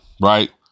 right